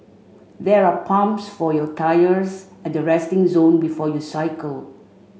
there are pumps for your tyres at the resting zone before you cycle